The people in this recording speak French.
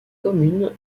commune